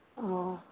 ꯑꯣ